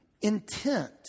intent